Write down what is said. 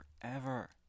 forever